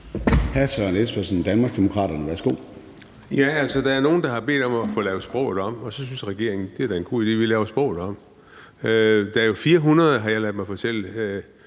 Hr. Søren Espersen, Danmarksdemokraterne. Værsgo. Kl. 10:42 Søren Espersen (DD): Der er nogle, der har bedt om at få lavet sproget om, og så synes regeringen, det da er en god idé; vi laver sproget om. Der er jo 400, har jeg ladet mig fortælle,